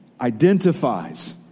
identifies